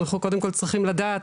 אנחנו קודם כל צריכים לדעת